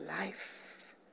life